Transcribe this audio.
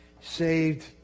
saved